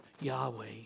Yahweh